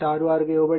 66 Ω ఇవ్వబడింది